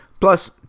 Plus